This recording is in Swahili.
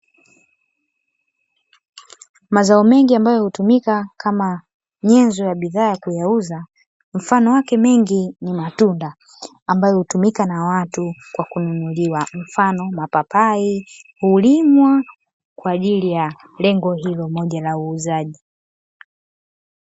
Mazao mengi ambayo hutumika kama nyenzo ya bidhaa ya kuyauza, mfano wake mengi ni matunda, ambayo hutumika na watu kwa kununuliwa; mfano mapapai, hulimwa kwa ajili ya lengo hilo moja la uuzaji.